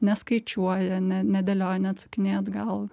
neskaičiuoja ne nedėlioja neatsukinėja atgal